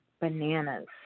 bananas